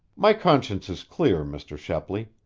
my conscience is clear, mr. shepley.